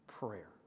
Prayer